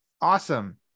awesome